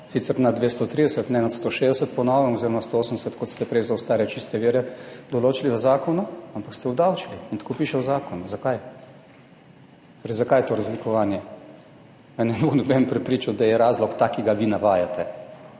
sicer nad 230, ne nad 160 po novem oziroma 180, kot ste prej za ostale čiste vire določili v zakonu, ampak ste obdavčili in tako piše v zakonu. Zakaj? Zakaj je to razlikovanje? Me ne bo noben prepričal, da je razlog ta, ki ga vi navajate.